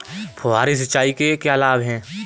फुहारी सिंचाई के क्या लाभ हैं?